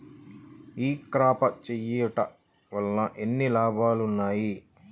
ఈ క్రాప చేయుట వల్ల ఎన్ని లాభాలు ఉన్నాయి?